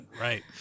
Right